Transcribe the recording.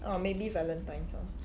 orh maybe valentine's orh